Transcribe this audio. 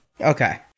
Okay